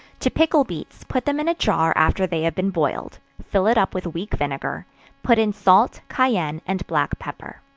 to pickle beets, put them in a jar after they have been boiled fill it up with weak vinegar put in salt, cayenne and black pepper.